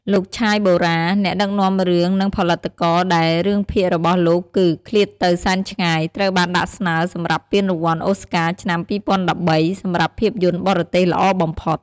លោក ឆាយ បូរ៉ា អ្នកដឹកនាំរឿងនិងផលិតករ ដែលរឿងភាគរបស់លោកគឺ "ឃ្លាតទៅសែនឆ្ងាយ" ត្រូវបានដាក់ស្នើសម្រាប់ពានរង្វាន់អូស្ការឆ្នាំ ២០១៣ សម្រាប់ភាពយន្តបរទេសល្អបំផុត។